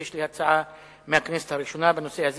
ויש לי הצעה מהכנסת הראשונה בנושא הזה